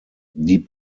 die